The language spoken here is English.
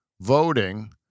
voting